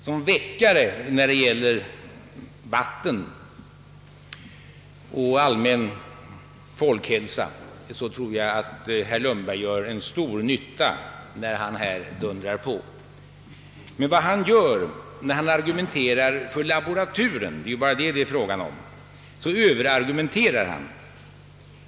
Som väckare när det gäller vattenvård och allmän folkhälsa tror jag att herr Lundberg gör stor nytta när han här dundrar på. Men då han argumenterar för en laboratur i ämnet — det är ju bara den det är fråga om — Ööverargumenterar han.